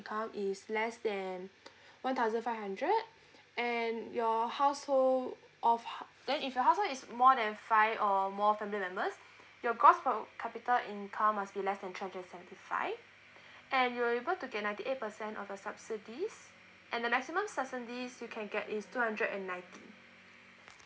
is less than one thousand five hundred and your household of huh then if your household is more than five or more family members your gross per capita income must less than two hundred and sevety five and you're able to get ninety eight percent of a subsidies and the maximum subsidies you can get is two hundred and ninety